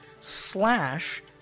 slash